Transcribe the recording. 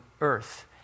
earth